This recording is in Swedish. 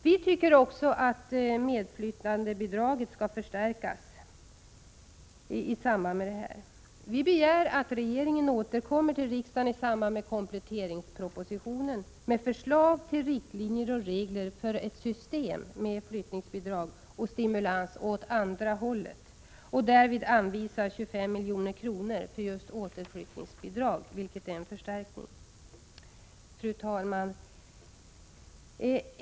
Vi tycker också att medflyttandebidragen skall förstärkas i detta sammanhang. Vi begär att regeringen återkommer till riksdagen i samband med kompletteringspropositionen med förslag till riktlinjer och regler för ett system med flyttningsbidrag och stimulans åt andra hållet och därmed anvisar 25 milj.kr. för just återflyttningsbidrag, vilket är en förstärkning. Fru talman!